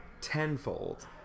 tenfold